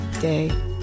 day